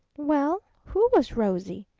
well, who was rosie?